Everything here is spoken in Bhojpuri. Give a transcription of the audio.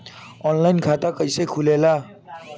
आनलाइन खाता कइसे खुलेला?